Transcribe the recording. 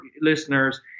listeners